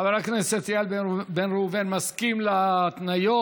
חבר הכנסת איל בן ראובן מסכים להתניות.